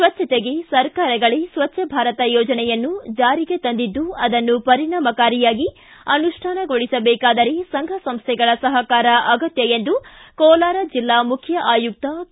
ಸ್ವಚ್ಛತೆಗೆ ಸರ್ಕಾರಗಳೇ ಸ್ವಚ್ಛ ಭಾರತ್ ಯೋಜನೆಯನ್ನು ಜಾರಿಗೆ ತಂದಿದ್ದು ಅದನ್ನು ಪರಿಣಾಮಕಾರಿಯಾಗಿ ಅನುಷ್ಟಾನಗೊಳಿಸಬೇಕಾದರೆ ಸಂಘಸಂಸ್ಥೆಗಳ ಸಹಕಾರ ಅಗತ್ಯ ಎಂದು ಕೋಲಾರ ಜಿಲ್ಲಾ ಮುಖ್ಯ ಆಯುಕ್ತ ಕೆ